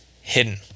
hidden